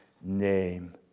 name